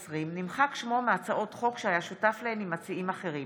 נמחק שמו מהצעות חוק שהיה שותף להן עם מציעים אחרים.